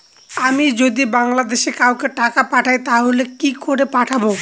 আমি যদি বাংলাদেশে কাউকে টাকা পাঠাই তাহলে কি করে পাঠাবো?